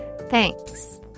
Thanks